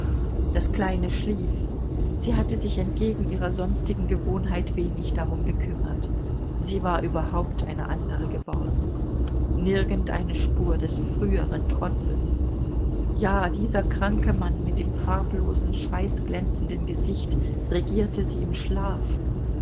das kleine schlief sie hatte sich entgegen ihrer sonstigen gewohnheit wenig darum bekümmert sie war überhaupt eine andere geworden nirgend eine spur des früheren trotzes ja dieser kranke mann mit dem farblosen schweißglänzenden gesicht regierte sie im schlaf